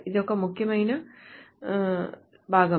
ఇది ఒక ముఖ్యమైన భాగం